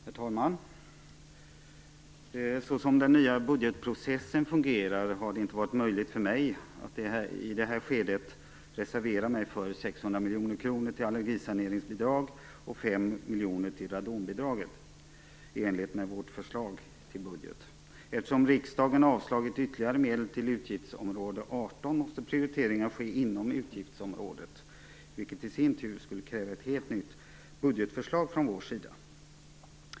Herr talman! Så som den nya budgetprocessen fungerar har det inte varit möjligt för mig att i det här skedet reservera mig för 600 miljoner kronor till allergisaneringsbidrag och för 5 miljoner kronor till radonbidrag i enlighet med vårt förslag till budget. Eftersom riksdagen har avslagit ytterligare medel till utgiftsområde 18 måste prioriteringar ske inom utgiftsområdet, vilket i sin tur skulle kräva ett helt nytt budgetförslag från vår sida.